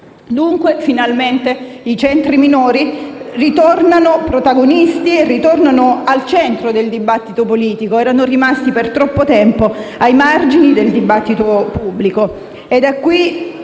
Dunque finalmente i centri minori tornano protagonisti e al centro del dibattito politico, dopo che erano rimasti per troppo tempo ai margini del dibattito pubblico.